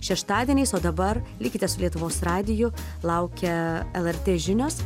šeštadieniais o dabar likite su lietuvos radiju laukia lrt žinios